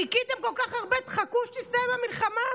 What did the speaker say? חיכיתם כל כך הרבה, תחכו שתסתיים המלחמה.